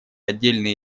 отдельные